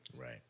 Right